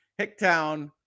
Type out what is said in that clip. Hicktown